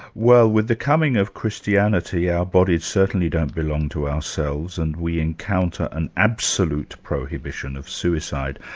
well with the coming of christianity our bodies certainly don't belong to ourselves, and we encounter an absolute prohibition of suicide.